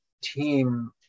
team